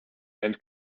and